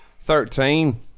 Thirteen